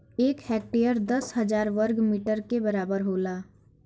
एक हेक्टेयर दस हजार वर्ग मीटर के बराबर होला